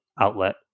outlet